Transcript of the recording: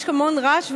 יש המון רעש,